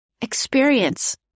experience